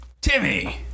Timmy